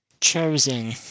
chosen